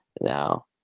now